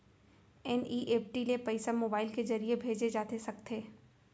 NEFT ले पइसा mobile के ज़रिए भेजे जाथे सकथे?